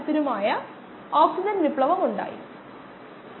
ഇപ്പോൾ കോശങ്ങൾ പരസ്പരം പറ്റിപ്പിടിക്കുന്നു